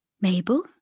Mabel